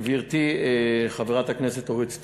גברתי, חברת הכנסת אורית סטרוק,